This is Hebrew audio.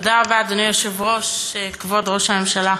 תודה רבה, אדוני היושב-ראש, כבוד ראש הממשלה,